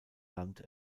land